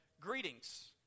Greetings